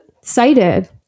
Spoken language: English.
cited